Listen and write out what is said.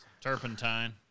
Turpentine